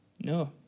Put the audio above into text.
No